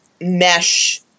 mesh